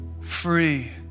free